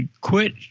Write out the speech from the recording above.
quit